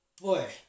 boy